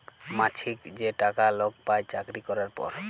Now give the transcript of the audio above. মাছিক যে টাকা লক পায় চাকরি ক্যরার পর